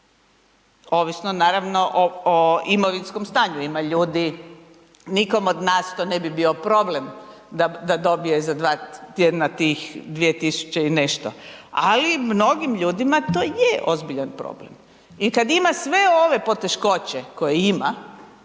Ovisno naravno o imovinskom stanju, ima ljudi, nikome od nas to ne bi bio problem, da dobije za 2 tjedna tih 2 tisuće i nešto, ali mnogim ljudima to je ozbiljan problem i kad ima sve ove poteškoće koje ima